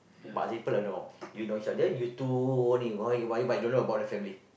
but other people don't know you know each other you two only uh but but you don't know about the family